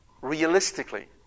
Realistically